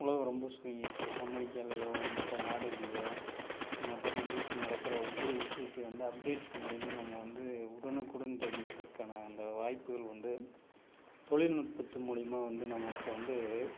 உலகம் ரொம்ப சுருங்கிருச்சு அமெரிக்காலையோ மற்ற நாடுகள்லையோ மற்ற கண்ட்ரிஸில் நடக்கிற ஒவ்வொரு விஷயத்தையும் வந்து அப்டேட் மூலியமாக நம்ம வந்து உடனுக்குடன் தெரிஞ்சிக்கிறக்கான அந்த வாய்ப்புகள் வந்து தொழில்நுட்பத்து மூலியமாக வந்து நமக்கு வந்து